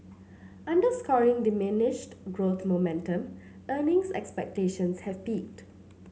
underscoring diminished growth momentum earnings expectations have peaked